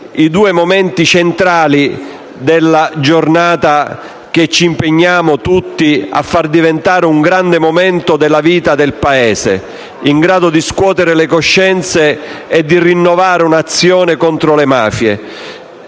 i due momenti centrali di una giornata che ci impegniamo tutti a far diventare un grande momento della vita del Paese, in grado di scuotere le coscienze e di rinnovare l'azione contro le mafie